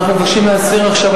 אנחנו מבקשים להסיר עכשיו,